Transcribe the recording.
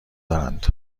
دارند